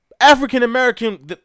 African-American